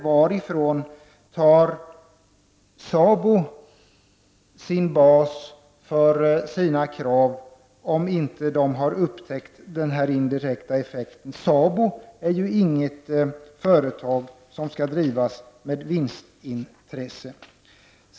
Varifrån tar SABO sin bas för sina krav om det inte har upptäckt den indirekta effekten? SABO är inget företag som skall drivas med vinstintresse.